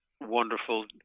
wonderful